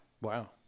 wow